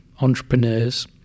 entrepreneurs